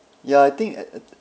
ya I think at